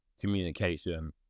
communication